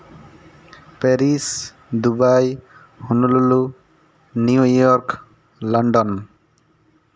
Paris Dubai ᱦᱩᱞᱩ ᱞᱩᱞᱩ New York London